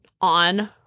on